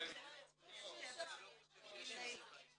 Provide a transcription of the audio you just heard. לכולם וברוכים הבאים לוועדת העלייה הקליטה והתפוצות.